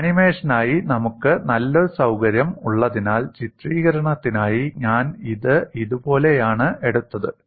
ആനിമേഷനായി നമുക്ക് നല്ലൊരു സൌകര്യം ഉള്ളതിനാൽ ചിത്രീകരണത്തിനായി ഞാൻ ഇത് ഇതുപോലെയാണ് എടുത്തത്